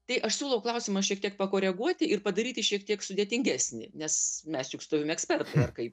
tai aš siūlau klausimą šiek tiek pakoreguoti ir padaryti šiek tiek sudėtingesnį nes mes juk su tavimi ekspertai ar kaip